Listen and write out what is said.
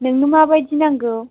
नोंनो माबायदि नांगौ